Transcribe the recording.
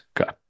Okay